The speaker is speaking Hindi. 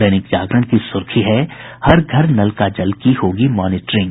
दैनिक जागरण की सुर्खी है हर घर नल का जल की होगी मॉनिटरिंग